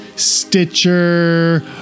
stitcher